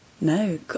No